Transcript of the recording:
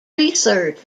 research